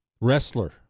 Wrestler